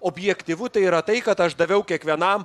objektyvu tai yra tai kad aš daviau kiekvienam